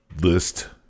list